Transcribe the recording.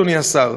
אדוני השר,